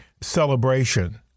celebration